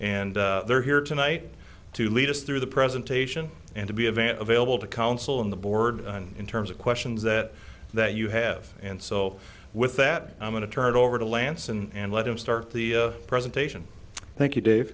and they're here tonight to lead us through the presentation and to be event available to counsel in the board in terms of questions that that you have and so with that i'm going to turn it over to lance and let him start the presentation thank you da